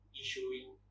issuing